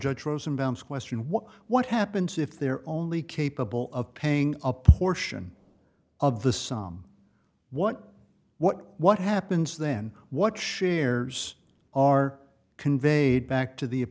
judge rosenbaum's question what what happens if they're only capable of paying a portion of the some what what what happens then what shares are conveyed back to the